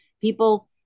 People